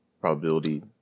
probability